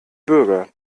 bürger